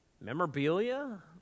Memorabilia